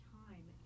time